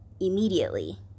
immediately